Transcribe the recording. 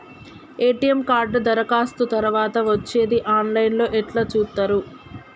ATM card దరఖాస్తు తరువాత వచ్చేది ఆన్ లైన్ లో ఎట్ల చూత్తరు?